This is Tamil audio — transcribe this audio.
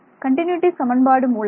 கண்டினூட்டி சமன்பாடு மூலம்